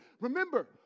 Remember